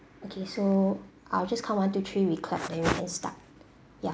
okay so I will just count one two three we clap and then we can start ya